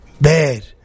Bad